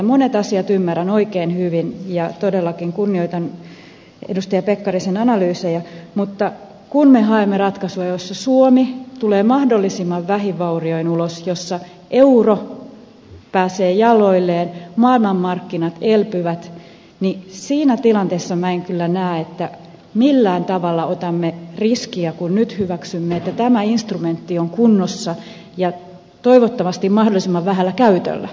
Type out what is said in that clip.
monet asiat ymmärrän oikein hyvin ja todellakin kunnioitan edustaja pekkarisen analyyseja mutta kun me haemme ratkaisua jossa suomi tulee mahdollisimman vähin vaurioin ulos jossa euro pääsee jaloilleen maailmanmarkkinat elpyvät niin siinä tilanteessa minä en kyllä näe että millään tavalla otamme riskiä kun nyt hyväksymme että tämä instrumentti on kunnossa ja toivottavasti mahdollisimman vähällä käytöllä